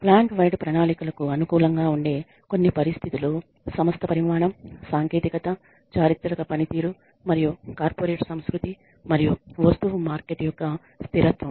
plant wide ప్రణాళికలకు అనుకూలంగా ఉండే కొన్ని పరిస్థితులు సంస్థ పరిమాణం సాంకేతికత చారిత్రక పనితీరు మరియు కార్పొరేట్ సంస్కృతి మరియు వస్తువు మార్కెట్ యొక్క స్థిరత్వం